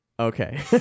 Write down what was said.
Okay